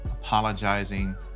apologizing